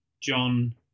John